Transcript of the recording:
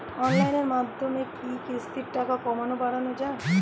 অনলাইনের মাধ্যমে কি কিস্তির টাকা কমানো বাড়ানো যায়?